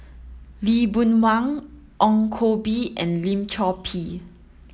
Lee Boon Wang Ong Koh Bee and Lim Chor Pee